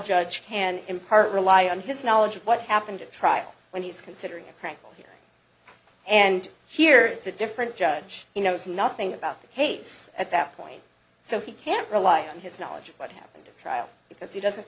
judge can impart rely on his knowledge of what happened at trial when he's considering a crank and here it's a different judge you know it's nothing about the case at that point so he can't rely on his knowledge of what happened to the trial because he doesn't